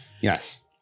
Yes